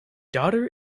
daughter